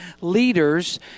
leaders